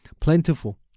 plentiful